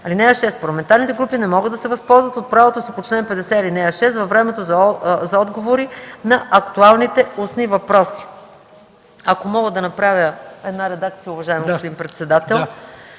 2 и 3. (6) Парламентарните групи не могат да се възползват от правото си по чл. 50, ал. 6 във времето за отговори на актуалните устни въпроси.” Ако мога да направя една редакция, уважаеми господин председател.